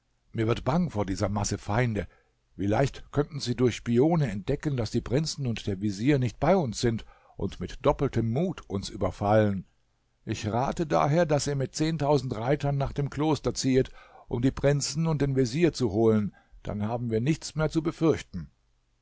mir wird bang vor dieser masse feinde wie leicht könnten sie durch spione entdecken daß die prinzen und der vezier nicht bei uns sind und mit doppeltem mut uns überfallen ich rate daher daß ihr mit zehntausend reitern nach dem kloster ziehet um die prinzen und den vezier zu holen dann haben wir nichts mehr zu befürchten